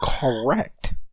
Correct